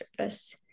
service